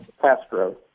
Castro